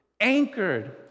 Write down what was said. anchored